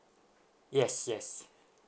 yes yes